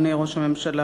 אדוני ראש הממשלה,